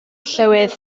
llywydd